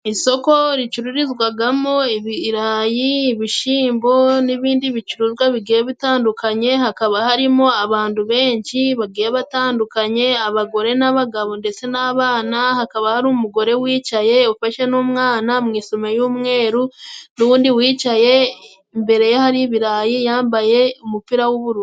Isoko ricururizwagamo ibirayi, ibishimbo n'ibindi bicuruzwa bigiye bitandukanye, hakaba harimo abantu benshi bagiye batandukanye, abagore n'abagabo ndetse n'abana, hakaba hari umugore wicaye ufashe n'umwana mu isume y'umweru n'uwundi wicaye imbere ye hari ibirayi yambaye umupira w'ubururu.